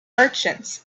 merchants